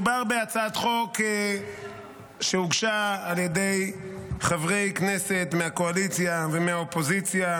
מדובר בהצעת חוק שהוגשה על ידי חברי כנסת מהקואליציה ומהאופוזיציה,